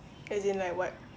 as in like what